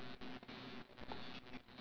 about my